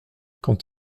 quand